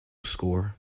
score